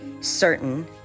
certain